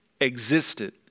existed